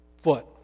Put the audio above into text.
foot